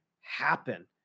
happen